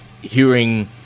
hearing